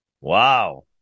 Wow